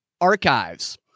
archives